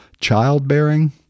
childbearing